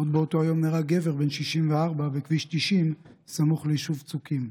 עוד באותו יום נהרג גבר בן 64 בכביש 90 סמוך ליישוב צוקים,